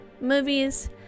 movies